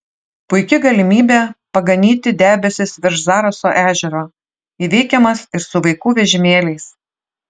puiki galimybė paganyti debesis virš zaraso ežero įveikiamas ir su vaikų vežimėliais